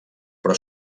però